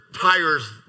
tires